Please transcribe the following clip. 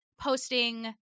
posting